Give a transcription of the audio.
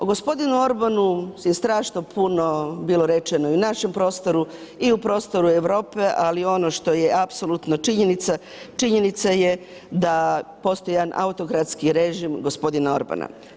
O gospodinu Orbanu je strašno puno bilo rečeno na našem prostoru i u prostoru Europe ali ono što je apsolutno činjenica, činjenica je da postoji jedan autokratski režim gospodina Orbana.